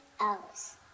else